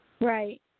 Right